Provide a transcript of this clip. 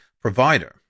provider